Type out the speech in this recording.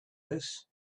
this